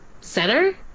center